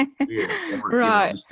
Right